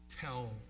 tell